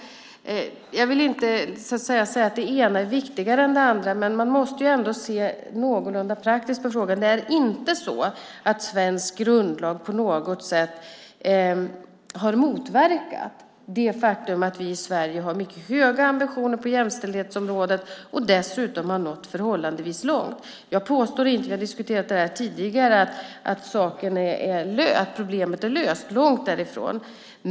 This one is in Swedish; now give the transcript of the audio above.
Jag vill inte säga att det ena är viktigare än det andra, men man måste ändå se någorlunda praktiskt på frågan. Det är inte så att svensk grundlag på något sätt har motverkat det faktum att vi i Sverige har mycket höga ambitioner på jämställdhetsområdet och dessutom har nått förhållandevis långt. Jag påstår inte - vi har diskuterat det här tidigare - att problemet är löst, långt därifrån.